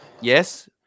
yes